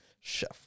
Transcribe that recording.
Chef